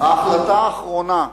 ההחלטה האחרונה,